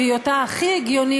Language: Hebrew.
בהיותה הכי הגיונית,